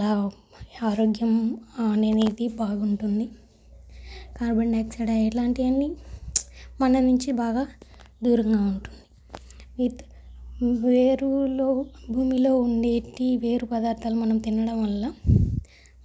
లాభం ఆరోగ్యం అనేది బాగుంటుంది కార్బన్ డయాక్సైడ్ ఇలాంటివన్నీ మన నుంచి బాగా దూరంగా ఉంటుంది విత్ వేరులో భూమిలో ఉండేటి వేరు పదార్థాలు మనం తినడం వల్ల